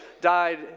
died